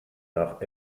nach